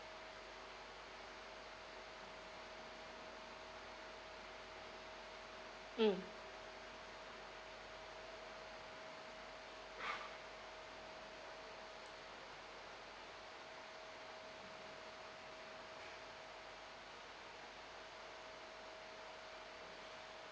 mm